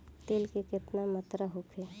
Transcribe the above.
तेल के केतना मात्रा होखे?